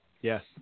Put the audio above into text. yes